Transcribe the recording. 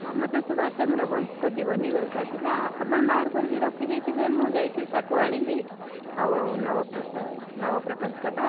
ହଁ ମୋତେ ସୁବାଷଚନ୍ଦ୍ର ବୋଷଙ୍କ ଜୀବନୀ ଦରକାର ଥିଲା ଆପଣ ବାହାର କରିକି ରଖି ଦେଇଥିବେ ମୁଁ ଯାଇକି ତା'କୁ ଆଣିବି ଆଉ ନବ ପ୍ରଶା ନବ ପ୍ରକାଶ କଥା